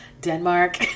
Denmark